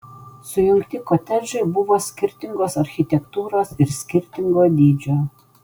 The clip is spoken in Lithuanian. sujungti kotedžai buvo skirtingos architektūros ir skirtingo dydžio